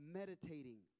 meditating